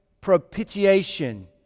propitiation